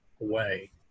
away